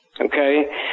Okay